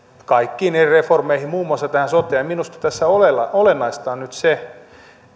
kaikkiin niihin reformeihin muun muassa tähän soteen ja minusta tässä olennaista on nyt se